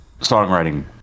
songwriting